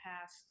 past